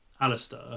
Alistair